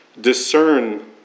discern